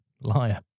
Liar